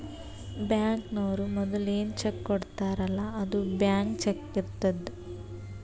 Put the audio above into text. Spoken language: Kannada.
ಬ್ಯಾಂಕ್ನವ್ರು ಮದುಲ ಏನ್ ಚೆಕ್ ಕೊಡ್ತಾರ್ಲ್ಲಾ ಅದು ಬ್ಲ್ಯಾಂಕ್ ಚಕ್ಕೇ ಇರ್ತುದ್